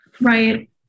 Right